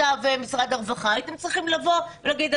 אתה ומשרד הרווחה הייתם צריכים להגיד,